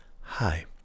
Hi